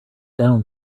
down